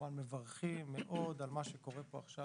כמובן מברכים מאוד על מה שקורה פה עכשיו.